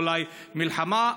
אולי מלחמה,